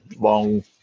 long